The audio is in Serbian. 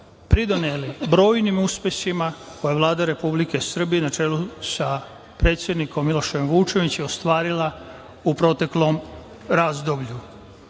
pridoneli brojnim uspesima, koja je Vlada Republike Srbije na čelu sa predsednikom Milošem Vučevićem ostvarila upravo tom razdoblju. Kada